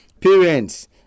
parents